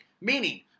Meaning